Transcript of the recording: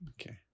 Okay